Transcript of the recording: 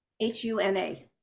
H-U-N-A